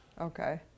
okay